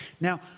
Now